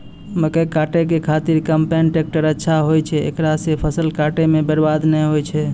मकई काटै के खातिर कम्पेन टेकटर अच्छा होय छै ऐकरा से फसल काटै मे बरवाद नैय होय छै?